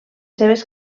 seves